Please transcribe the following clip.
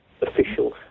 official